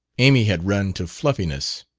amy had run to fluffiness.